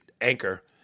Anchor